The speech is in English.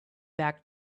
back